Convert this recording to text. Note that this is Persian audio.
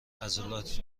عضلات